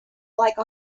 like